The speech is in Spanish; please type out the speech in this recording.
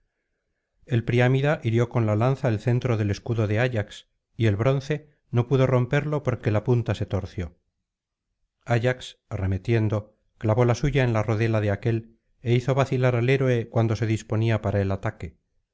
el priámida hirió con la lanza el centro del escudo de ayax y el bronce no pudo romperlo porque la punta se torció ayax arremetiendo clavó la suya en la rodela de aquél é hizo vacilar al héroe cuando se disponía para el ataque